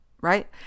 right